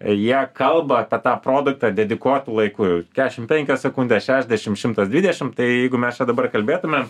jie kalba apie tą produktą dedikuotu laiku jau kešim penkios sekundės šešdešim šimtas dvidešim tai jeigu mes čia dabar kalbėtumėm